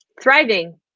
thriving